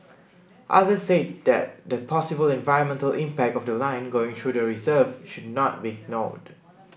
others said that the possible environmental impact of the line going through the reserve should not be ignored